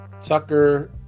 tucker